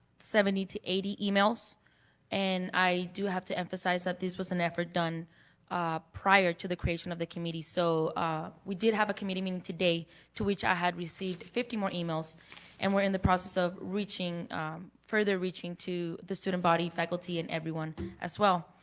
seventy to eighty e-mails and i do have to emphasize that this was an effort done ah prior to the creation of the committees. so we did have a committee meeting today to which i had received fifty more e-mails and we're in the process of reaching further reaching to the student buddy, faculty, and everyone as well.